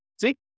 See